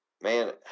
man